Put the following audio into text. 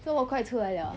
这么快出来了 ah